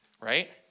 right